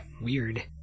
weird